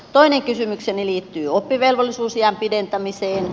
toinen kysymykseni liittyy oppivelvollisuusiän pidentämiseen